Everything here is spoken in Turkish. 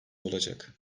olacak